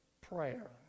prayer